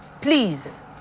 please